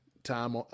time